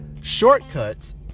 shortcuts